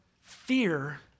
fear